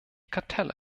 kartelle